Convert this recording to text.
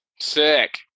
Sick